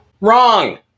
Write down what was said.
Wrong